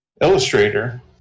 Illustrator